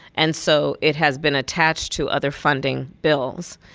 and so it has been attached to other funding bills.